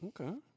okay